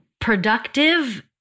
productive